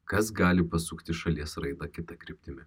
kas gali pasukti šalies raidą kita kryptimi